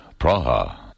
Praha